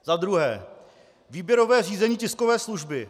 Za druhé: Výběrové řízení tiskové služby.